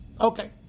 Okay